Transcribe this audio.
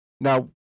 Now